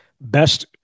Best